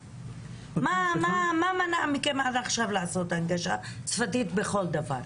מה מנע מכם עד עכשיו לעשות הנגשה שפתית בכל דבר?